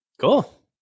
Cool